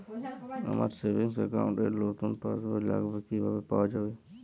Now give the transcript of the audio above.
আমার savings account র নতুন পাসবই লাগবে, কিভাবে পাওয়া যাবে?